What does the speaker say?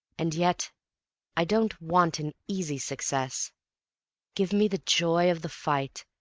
and yet i don't want an easy success give me the joy of the fight,